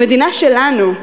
במדינה שלנו,